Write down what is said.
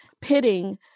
pitting